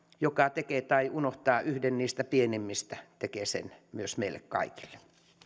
joka unohtaa yhden niistä pienimmistä tekee sen myös meille kaikille